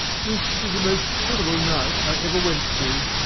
this is the most terrible night i ever went through.